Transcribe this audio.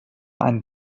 einen